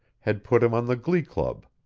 had put him on the glee club.